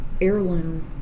heirloom